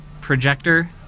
projector